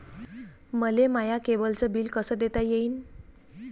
मले माया केबलचं बिल कस देता येईन?